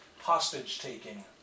hostage-taking